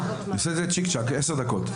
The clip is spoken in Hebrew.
עושה את זה צ'יק צ'ק, עשר דקות.